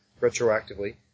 retroactively